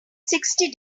sixty